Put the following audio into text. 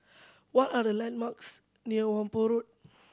what are the landmarks near Whampoa Road